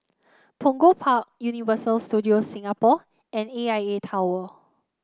Punggol Park Universal Studios Singapore and A I A Tower